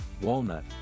walnut